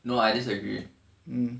no I disagree